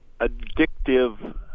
addictive